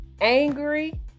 angry